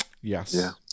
Yes